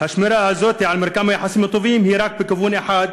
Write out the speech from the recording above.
השמירה הזאת על מרקם היחסים הטובים היא רק בכיוון אחד,